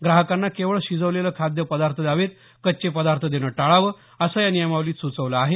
ग्राहकांना केवळ शिजवलेले खाद्य पदार्थ द्यावेत कच्चे पदार्थ देण टाळावं असं या नियमावलीत सूचवलं आहे